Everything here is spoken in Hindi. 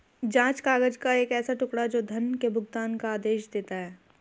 जाँच काग़ज़ का एक ऐसा टुकड़ा, जो धन के भुगतान का आदेश देता है